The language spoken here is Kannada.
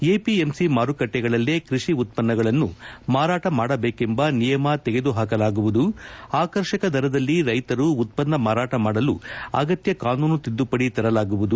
ಎಪಿಎಂಸಿ ಮಾರುಕಟ್ಟಿಗಳಲ್ಲೇ ಕೃಷಿ ಉತ್ತನ್ನಗಳನ್ನು ಮಾರಾಟ ಮಾಡಬೇಕೆಂಬ ನಿಯಮ ತೆಗೆದುಹಾಕಲಾಗುವುದು ಆಕರ್ಷಕ ದರದಲ್ಲಿ ರೈತರು ಉತ್ಪನ್ನ ಮಾರಾಟಮಾಡಲು ಅಗತ್ಕ ಕಾನೂನು ತಿದ್ದುಪಡಿ ತರಲಾಗುವುದು